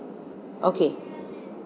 okay